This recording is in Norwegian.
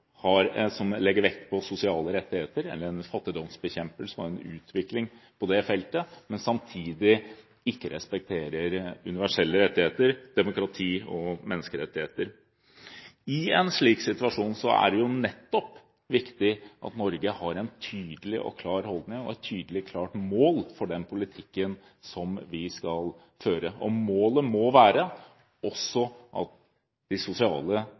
feltet, men samtidig ikke respekterer universelle rettigheter, demokrati og menneskerettigheter. I en slik situasjon er det viktig at Norge har en tydelig og klar holdning og et tydelig og klart mål for den politikken som vi skal føre. Målet må være at fattigdomsbekjempelse og utvikling må følges opp med demokrati og utvikling av menneskerettigheter. For det er en kjensgjerning at